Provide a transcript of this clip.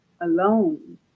alone